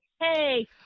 Hey